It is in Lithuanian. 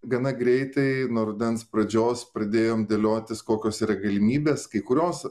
gana greitai nuo rudens pradžios pradėjom dėliotis kokios yra galimybės kai kurios